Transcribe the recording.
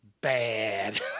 Bad